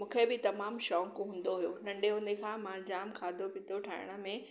मूंखे बि तमामु शौक़ु हूंदो हुयो नंढे हूंदे खां मां जामु खाधो पीतो ठाहिण में